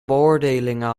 beoordelingen